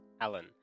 Alan